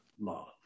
love